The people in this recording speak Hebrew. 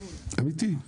אמיתי.